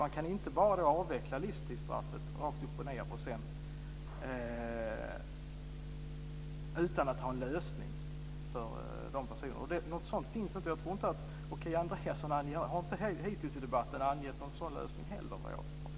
Man kan inte bara avveckla livstidsstraffet rakt upp och ned utan att ha en lösning för de personerna. Någon sådan finns inte. Kia Andreasson har hittills i debatten inte heller angett någon sådan lösning, såvitt jag har förstått.